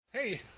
Hey